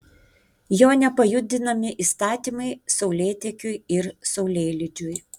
jo nepajudinami įstatymai saulėtekiui ir saulėlydžiui